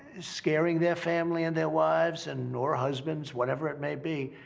scaring their family and their wives and or husbands, whatever it may be.